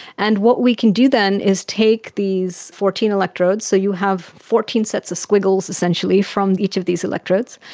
and what we can do then is take these fourteen electrodes, so you have fourteen sets of squiggles essentially from each of these electrodes,